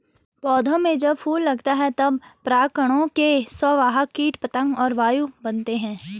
पौधों में जब फूल लगता है तब परागकणों के संवाहक कीट पतंग और वायु बनते हैं